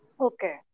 Okay